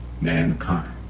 mankind